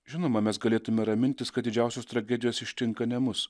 žinoma mes galėtume ramintis kad didžiausios tragedijos ištinka ne mus